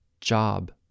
job